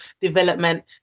development